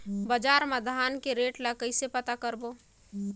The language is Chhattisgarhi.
बजार मा धान के रेट ला कइसे पता करबो?